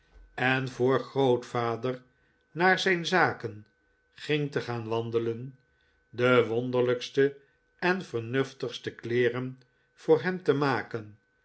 en voor grootvader naar zijn zaken ging te gaan wandelen de wonderlijkste en vernuftigste kleeren voor hem te maken